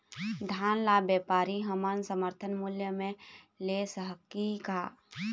धान ला व्यापारी हमन समर्थन मूल्य म ले सकही का?